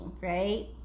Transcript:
right